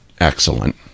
excellent